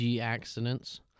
accidents